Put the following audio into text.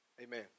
amen